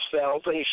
salvation